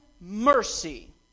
mercy